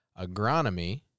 Agronomy